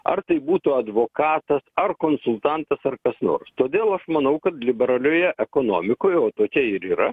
ar tai būtų advokatas ar konsultantas ar kas nors todėl aš manau kad liberalioje ekonomikoje o tokia ir yra